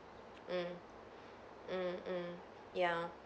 mm mm mm ya